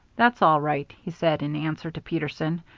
that's all right, he said in answer to peterson,